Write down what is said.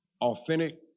Authentic